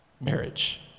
marriage